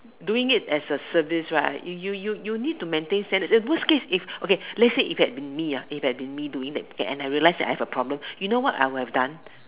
doing it as a service right you you you need to maintain standard in the worst case if okay let's say if it had me ah if it had been me doing that and I realise I have a problem you know what I would have done